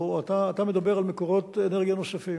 אתה מדבר על מקורות אנרגיה נוספים.